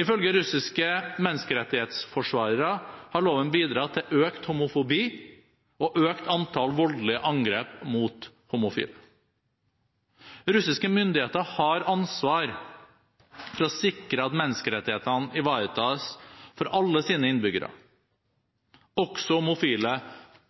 Ifølge russiske menneskerettighetsforsvarere har loven bidratt til økt homofobi og økt antall voldelige angrep mot homofile. Russiske myndigheter har ansvar for å sikre at menneskerettighetene ivaretas for alle sine innbyggere, også homofile